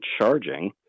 charging